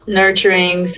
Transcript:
nurturing